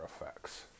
effects